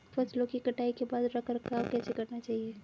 फसलों की कटाई के बाद रख रखाव कैसे करना चाहिये?